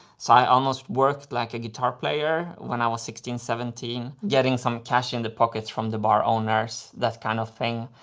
so i almost worked like a guitar player when i was sixteen seventeen, getting some cash in the pockets from the bar owners, that kind of thing.